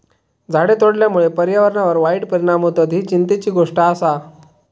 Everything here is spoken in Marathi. झाडे तोडल्यामुळे पर्यावरणावर वाईट परिणाम होतत, ही चिंतेची गोष्ट आसा